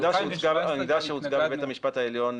העמדה שהוצגה בבית המשפט העליון,